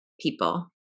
people